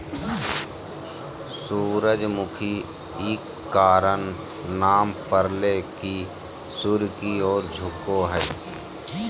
सूरजमुखी इ कारण नाम परले की सूर्य की ओर झुको हइ